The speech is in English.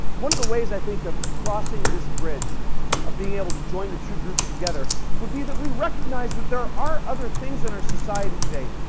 one of the ways i think of crossing this bridge of being able to join the two groups together would be that we recognize that there are other things in our society today,